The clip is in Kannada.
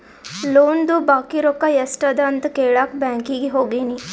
ಲೋನ್ದು ಬಾಕಿ ರೊಕ್ಕಾ ಎಸ್ಟ್ ಅದ ಅಂತ ಕೆಳಾಕ್ ಬ್ಯಾಂಕೀಗಿ ಹೋಗಿನಿ